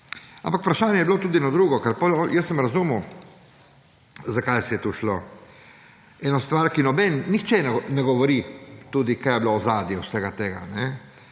Ampak vprašanje je bilo tudi eno drugo. Ker jaz sem razumel, zakaj se je to šlo. Eno stvar, ki nihče ne govori, tudi kaj je bilo ozadje vsega tega.